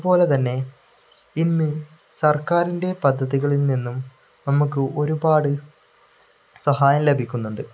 അതുപോലെ തന്നെ ഇന്ന് സർക്കാറിൻ്റെ പദ്ധതികളിൽ നിന്നും നമുക്ക് ഒരുപാട് സഹായം ലഭിക്കുന്നുണ്ട്